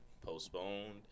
postponed